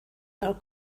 are